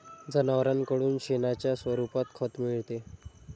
जनावरांकडून शेणाच्या स्वरूपात खत मिळते